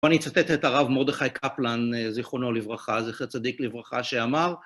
אני אצטט את הרב מרדכי קפלן, זיכרונו לברכה, זכר צדיק לברכה, שאמר ...